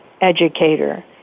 educator